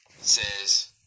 says